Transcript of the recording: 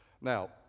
Now